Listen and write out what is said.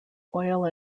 oil